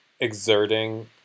exerting